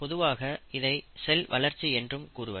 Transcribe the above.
பொதுவாக இதை செல் வளர்ச்சி என்று கூறுவர்